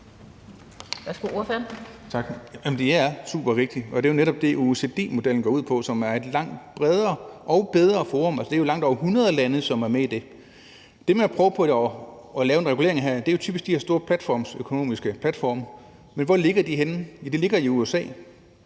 Flydtkjær (DF): Tak. Jamen det er supervigtigt, og det er jo netop det, OECD-modellen, som er et langt bredere og bedre forum, går ud på. Altså, det er jo langt over 100 lande, som er med i det. Det, man prøver på at lave en regulering af, er jo typisk de her store platforme, men hvor ligger de henne? Ja, de ligger i USA,